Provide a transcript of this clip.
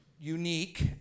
Unique